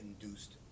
induced